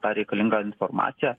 tą reikalingą informaciją